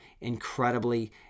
incredibly